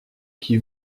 qui